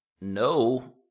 no